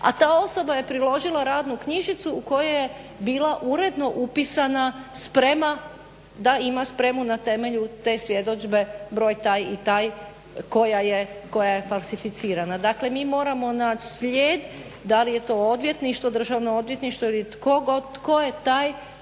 a ta osoba je priložila radnu knjižicu u kojoj je bila uredno upisana sprema, da ima spremu na temelju te svjedodžbe broj taj i taj koja je falsificirana. Dakle, mi moramo naći slijed da li je to odvjetništvo, Državno odvjetništvo ili tko je taj